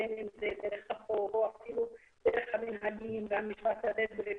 בין אם זה דרך החוק או אפילו דרך המנהגים והמשפט הבדואי.